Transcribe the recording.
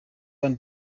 one